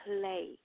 play